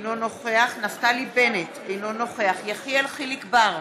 אינו נוכח נפתלי בנט, אינו נוכח יחיאל חיליק בר,